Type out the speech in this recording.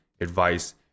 advice